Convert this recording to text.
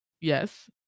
yes